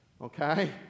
okay